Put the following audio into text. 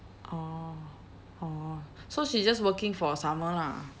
orh orh so she just working for a summer lah